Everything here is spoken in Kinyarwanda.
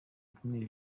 ibyumweru